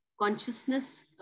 consciousness